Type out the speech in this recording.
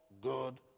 good